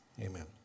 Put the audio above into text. Amen